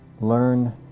Learn